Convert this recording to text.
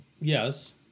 Yes